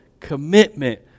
commitment